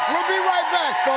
we'll be right back,